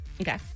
Okay